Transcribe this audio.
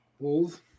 holes